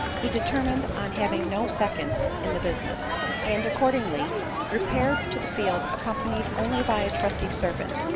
he determined on having no second in the business and accordingly repaired to the field accompanied only by a trusty servant,